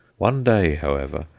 one day, however,